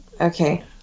okay